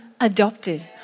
adopted